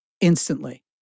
instantly